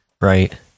Right